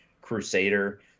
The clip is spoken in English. Crusader